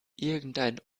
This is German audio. irgendein